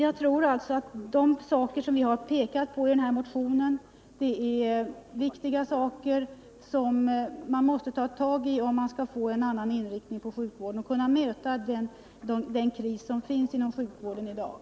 Jag tror alltså att de åtgärder som vi har pekat på i motionen är viktiga för att vi skall kunna få en annan inriktning på sjukvården och möta den kris som i dag råder på det området.